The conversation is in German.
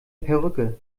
perücke